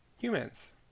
humans